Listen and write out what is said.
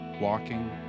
Walking